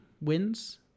wins